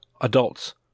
Adults